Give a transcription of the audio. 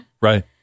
Right